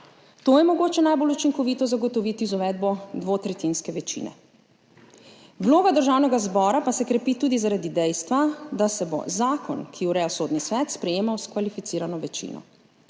To je mogoče najbolj učinkovito zagotoviti z uvedbo dvotretjinske večine. Vloga Državnega zbora pa se krepi tudi zaradi dejstva, da se bo zakon, ki ureja Sodni svet, sprejemal s kvalificirano večino.